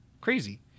Crazy